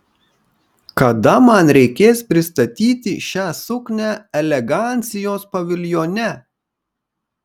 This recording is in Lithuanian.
kada man reikės pristatyti šią suknią elegancijos paviljone